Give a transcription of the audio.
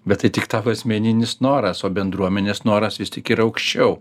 bet tai tik tavo asmeninis noras o bendruomenės noras vis tik yra aukščiau